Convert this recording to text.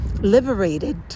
liberated